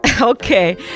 Okay